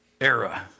era